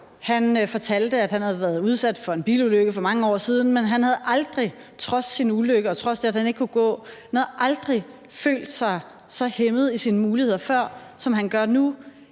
Han fortalte, at han havde været udsat for en bilulykke for mange år siden, men trods sin ulykke og trods det, at han siden den ikke har kunnet gå, havde han aldrig før følt sig så hæmmet i sine muligheder, som han gør nu,